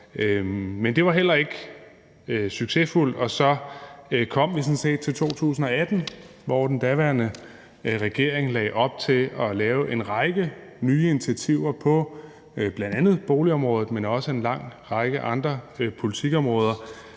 Men det var heller ikke succesfuldt. Så kom vi sådan set til 2018, hvor den daværende regering lagde op til at lave en række nye initiativer på bl.a. boligområdet, men også på en lang række andre politikområder,